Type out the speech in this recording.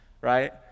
right